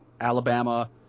Alabama